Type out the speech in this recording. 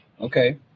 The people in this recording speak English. Okay